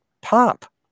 pop